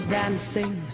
dancing